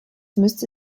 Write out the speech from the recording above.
müsste